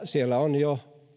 siellä on jo